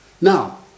Now